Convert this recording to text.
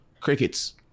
Crickets